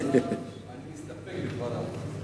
אני מסתפק בדבריו.